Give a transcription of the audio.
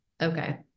Okay